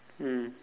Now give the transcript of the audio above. mm